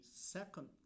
second